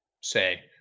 say